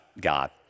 God